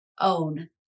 own